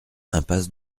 impasse